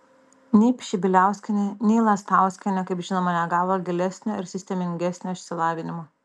nei pšibiliauskienė nei lastauskienė kaip žinoma negavo gilesnio ir sistemingesnio išsilavinimo